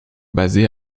basé